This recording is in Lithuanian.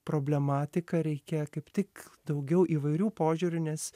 problematiką reikia kaip tik daugiau įvairių požiūrių nes